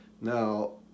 Now